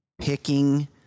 picking